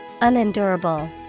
Unendurable